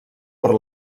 per